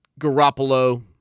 Garoppolo